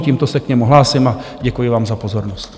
Tímto se k němu hlásím a děkuji vám za pozornost.